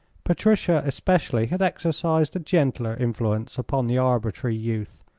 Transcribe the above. patricia, especially, had exercised a gentler influence upon the arbitrary youth,